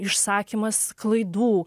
išsakymas klaidų